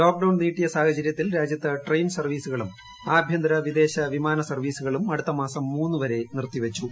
lockdown നീട്ടിയ സാഹചരൃത്തിൽ രാജ്യത്ത് ട്രെയിൻ സർവീസുകളും ആഭ്യന്തര വിദേശ വിമാന സർവീസുകളും അടുത്തമാസം മൂന്നു വരെ നിർത്തീപ്പുവെച്ചു